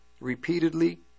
repeatedly